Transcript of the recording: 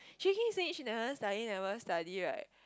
she keeps saying she never study never study right